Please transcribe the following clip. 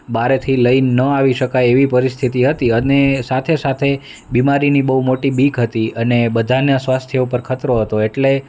બહારેથી લઈને ન આવી શકાય એવી પરિસ્થિતિ હતી અને સાથે સાથે બીમારીની બહુ મોટી બીક હતી અને બધાના સ્વાસ્થ્ય ઉપર ખતરો હતો એટલે